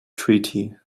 treaty